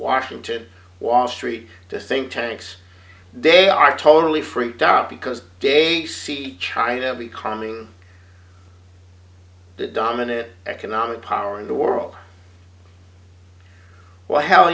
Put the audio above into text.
washington wall street to think tanks they are totally freaked out because they see china becoming the dominant economic power in the world why hell